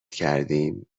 کردیم